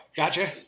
Gotcha